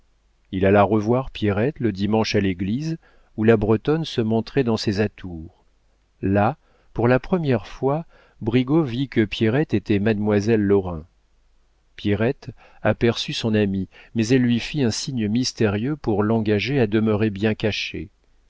il alla revoir pierrette le dimanche à l'église où la bretonne se montrait dans ses atours là pour la première fois brigaut vit que pierrette était mademoiselle lorrain pierrette aperçut son ami mais elle lui fit un signe mystérieux pour l'engager à demeurer bien caché